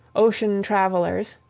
ocean-travellers,